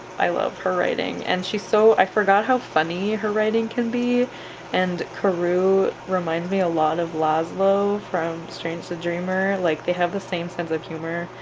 i love her writing and she's so i forgot how funny her writing can be and karou reminds me a lot of lazlo from strange the dreamer, like they have the same sense of humor,